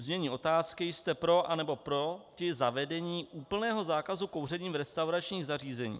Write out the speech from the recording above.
Znění otázky: Jste pro, anebo proti zavedení úplného zákazu kouření v restauračních zařízeních?